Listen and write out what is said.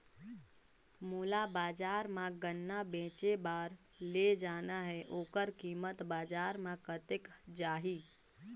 मोला बजार मां गन्ना बेचे बार ले जाना हे ओकर कीमत बजार मां कतेक जाही?